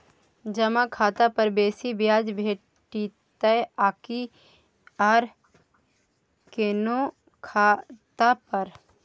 जमा खाता पर बेसी ब्याज भेटितै आकि आर कोनो खाता पर?